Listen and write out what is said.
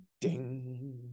ding